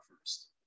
first